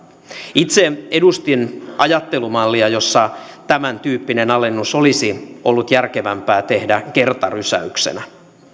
itse edustin ajattelumallia jossa tämäntyyppinen alennus olisi ollut järkevämpää tehdä kertarysäyksenä